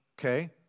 okay